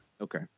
Okay